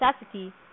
necessity